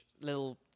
little